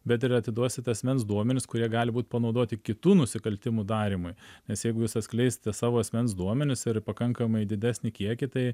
bet ir atiduosit asmens duomenis kurie gali būt panaudoti kitų nusikaltimų darymui nes jeigu jūs atskleisite savo asmens duomenis ir pakankamai didesnį kiekį tai